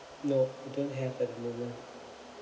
no I don't have at the moment